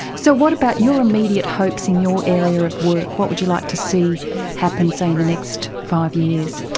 so what about your immediate hopes in your area of work, what would you like to see happen say in the next five years?